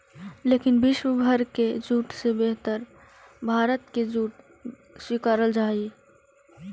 लेकिन विश्व भर के जूट से बेहतर भारत के जूट स्वीकारल जा हइ